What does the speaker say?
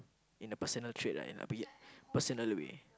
in a personal trait lah in a personal way